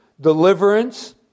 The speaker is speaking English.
deliverance